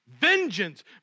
Vengeance